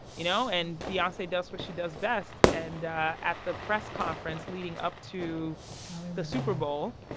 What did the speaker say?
you know? and beyonce does what she does best. and at the press conference leading up to the super bowl,